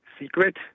secret